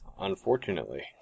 unfortunately